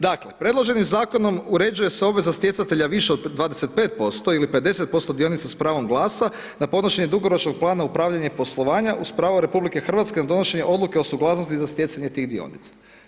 Dakle, predloženim Zakonom uređuje se obveza stjecatelja više od 25% ili 50% dionica s pravom glasa na podnošenje dugoročnog plana upravljanja i poslovanja uz pravo Republike Hrvatske o donošenje odluke o suglasnosti za stjecanje tih dionica.